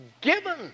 given